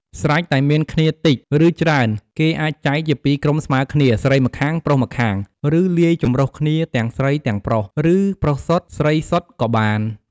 ស្រេចតែមានគ្នាតិច ឬ ច្រើន គេអាចចែកជាពីរក្រុមស្មើគ្នា ស្រីម្ខាង ប្រុសម្ខាង ឬ លាយចម្រុះគ្នាទាំងស្រីទាំងប្រុស ឬ ប្រុសសុទ្ធ ស្រីសុទ្ធក៏បាន។